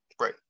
Right